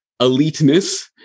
eliteness